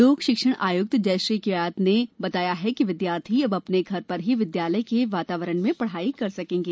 लोक शिक्षण आयुक्त जयश्री कियावत ने बताया कि विद्यार्थी अब अपने घर पर ही विद्यालय के वातावरण में पढ़ाई कर सकेंगे